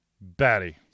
batty